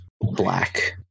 black